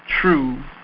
true